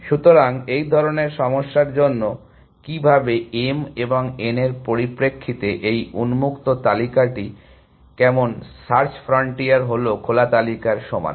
সুতরাং এই ধরনের সমস্যার জন্য কিভাবে m এবং n এর পরিপ্রেক্ষিতে এই উন্মুক্ত তালিকাটি কেমন সার্চ ফ্রন্টিয়ার হলো খোলা তালিকার সমান